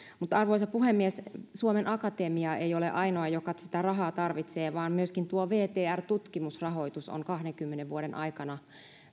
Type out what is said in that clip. arvoisa puhemies suomen akatemia ei ole ainoa joka sitä rahaa tarvitsee vaan myöskin vtr tutkimusrahoitus on kahdenkymmenen vuoden aikana